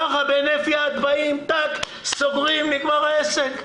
ככה בהינף יד סוגרים, נגמר העסק.